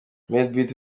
madebeat